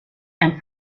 and